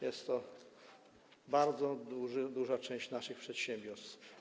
Jest to bardzo duża część naszych przedsiębiorstw.